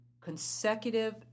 consecutive